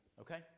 Okay